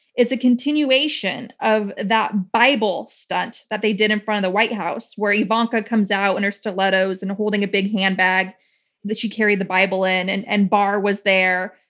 it's a continuation of that bible stunt that they did in front of the white house, where ivanka comes out in her stilettos and holding a big handbag that she carried the bible in, and and barr was there.